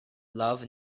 love